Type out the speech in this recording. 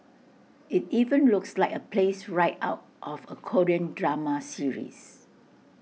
IT even looks like A place right out of A Korean drama series